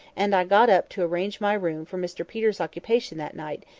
and i got up to arrange my room for mr peter's occupation that night,